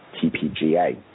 TPGA